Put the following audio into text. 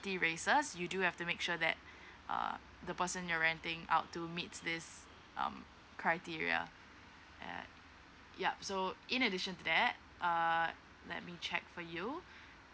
minority races you do have to make sure that uh the person you're renting out to meet this um criteria err yup so in addition to that err let me check for you